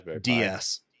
DS